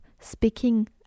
speaking